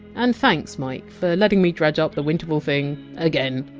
and thanks mike for letting me dredge up the winterval thing. again.